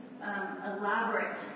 elaborate